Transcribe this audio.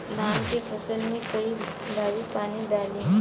धान के फसल मे कई बारी पानी डाली?